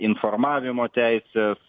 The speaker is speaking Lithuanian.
informavimo teisės